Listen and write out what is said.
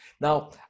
now